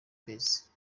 base